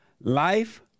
life